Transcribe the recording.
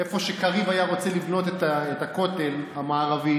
איפה שקריב היה רוצה לבנות את הכותל המערבי.